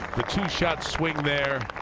the two shot swing there,